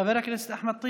חבר הכנסת אחמד טיבי,